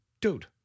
dude